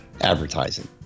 advertising